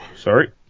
Sorry